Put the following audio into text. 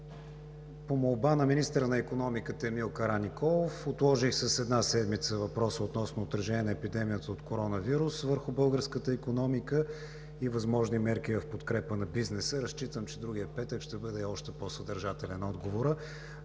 По молба на министъра на икономиката Емил Караниколов отложих с една седмица въпроса относно отражение на епидемията от коронавирус COVID-19 върху българската икономика и възможни мерки в подкрепа на бизнеса. Разчитам, че другия петък ще бъде още по-съдържателен отговорът.